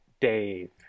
Dave